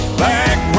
back